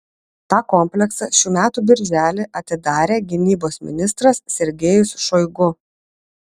tą kompleksą šių metų birželį atidarė gynybos ministras sergejus šoigu